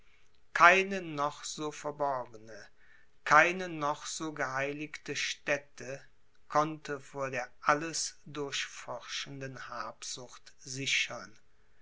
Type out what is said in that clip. keine noch so verborgene keine noch so geheiligte stätte konnte vor der alles durchforschenden habsucht sichern